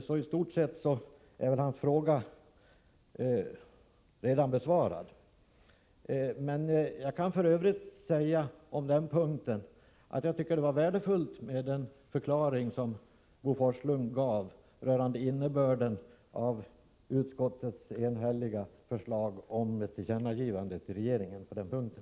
Bo Forslunds fråga är väl därför i stort sett besvarad, men jag kan tillägga att jag tyckte det var värdefullt med den förklaring som Bo Forslund gav rörande innebörden av utskottets enhälliga förslag om ett tillkännagivande till regeringen på den här punkten.